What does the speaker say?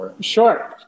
Sure